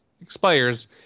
expires